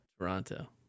Toronto